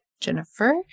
Jennifer